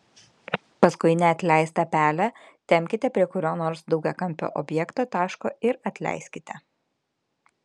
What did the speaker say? paskui neatleistą pelę tempkite prie kurio nors daugiakampio objekto taško ir atleiskite